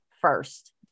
first